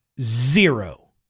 zero